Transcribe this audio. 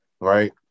right